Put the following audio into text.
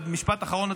משפט אחרון,